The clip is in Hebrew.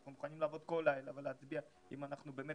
אנחנו מוכנים לעבוד כל לילה ולהצביע אם אנחנו באמת